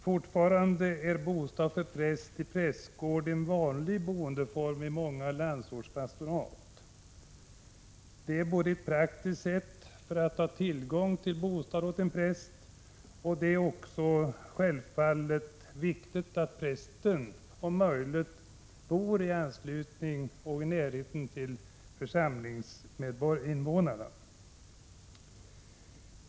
Fortfarande är bostad för präst i prästgård en vanlig boendeform i många landsortspastorat. Det har både en praktisk bakgrund — för att man skall ha tillgång till bostad åt en präst — och det är självfallet också viktigt att prästen om möjligt bor i närheten av församlingsinvånarna.